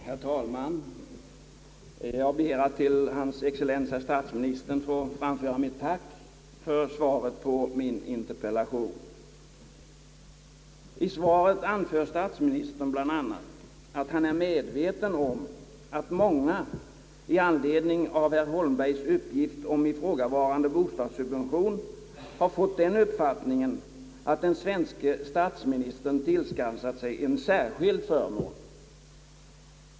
Herr talman! Jag ber att till hans excellens herr statsministern få framföra mitt tack för svaret på min interpellation. I svaret anför statsministern bl.a. att han är medveten om att många i anledning av herr Holmbergs uppgift om ifrågavarande bostadssubvention har fått den uppfattningen, att den svenske statsministern tillskansat sig en särskild förmån.